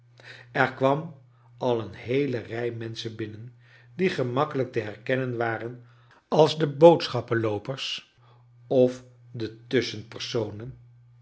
er kwam al een heele rij menschen binnen die gemakkelijk te herkennen waren als de boodschappenloopers of de